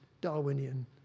Darwinian